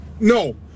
No